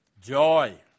joy